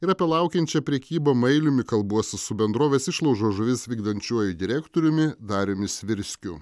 ir apie laukiančią prekybą mailiumi kalbuosi su bendrovės išlaužo žuvis vykdančiuoju direktoriumi dariumi svirskiu